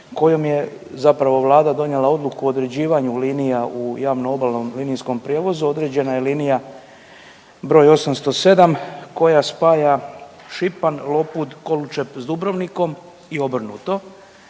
kojom je zapravo Vlada donijela odluku o određivanju linija u javno obalnom linijskom prijevozu određena je linija br. 807 koja spaja Šipan, Lopud, Koločep s Dubrovnikom i obrnuto